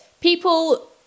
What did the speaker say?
People